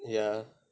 ya